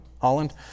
Holland